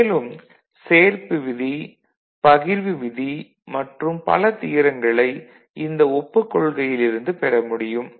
மேலும் சேர்ப்பு விதி பகிர்வு விதி மற்றும் பல தியரங்களை இந்த ஒப்புக் கொள்கையில் இருந்து பெற முடியும்